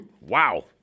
Wow